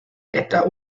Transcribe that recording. estas